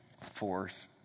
force